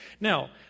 Now